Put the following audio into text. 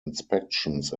inspections